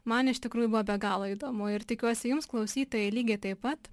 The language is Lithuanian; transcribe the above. man iš tikrųjų buvo be galo įdomu ir tikiuosi jums klausytojai lygiai taip pat